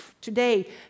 today